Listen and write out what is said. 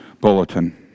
bulletin